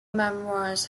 memoirs